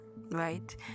right